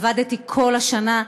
עבדתי כל השנה,